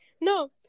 No